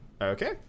Okay